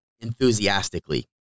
Enthusiastically